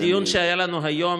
בדיון שהיה לנו היום,